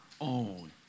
own